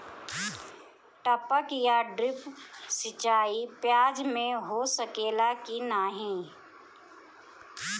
टपक या ड्रिप सिंचाई प्याज में हो सकेला की नाही?